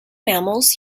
mammals